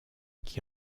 qui